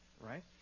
Right